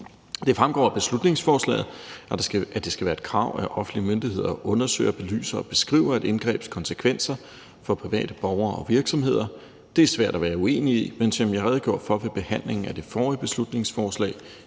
Det fremgår af beslutningsforslaget, at det skal være et krav, at offentlige myndigheder undersøger, belyser og beskriver et indgrebs konsekvenser for private borgere og virksomheder. Det er svært at være uenig i, men som jeg redegjorde for ved behandlingen af det forrige beslutningsforslag